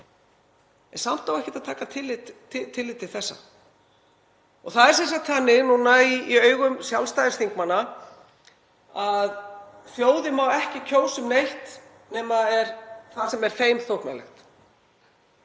Samt á ekki að taka tillit til þessa. Það er sem sagt þannig núna í augum Sjálfstæðisþingmanna að þjóðin má ekki kjósa um neitt nema um það sem er þeim þóknanlegt.